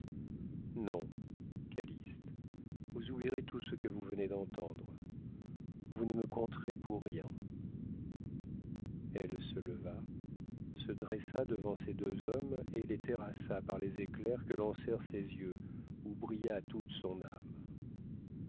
non calyste vous oublierez tout ce que vous venez d'entendre vous me compterez pour rien elle se leva se dressa devant ces deux hommes et les terrassa par les éclairs que lancèrent ses yeux où brilla toute son âme